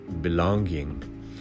belonging